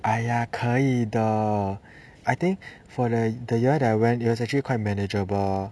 哎呀可以的 the I think for the year that I went it was actually quite manageable